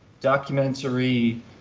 documentary